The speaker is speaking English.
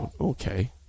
Okay